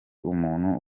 umuntu